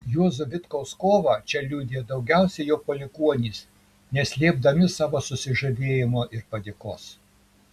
juozo vitkaus kovą čia liudija daugiausiai jo palikuonys neslėpdami savo susižavėjimo ir padėkos